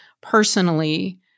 personally